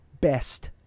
best